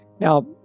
Now